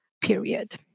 period